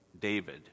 David